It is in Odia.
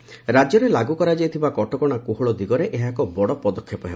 ଏହା ରାଜ୍ୟରେ ଲାଗୁ କରାଯାଇଥିବା କଟକଣାର କୋହଳ ଦିଗରେ ଏକ ବଡ଼ ପଦକ୍ଷେପ ହେବ